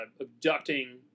abducting